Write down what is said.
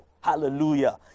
Hallelujah